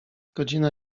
godzina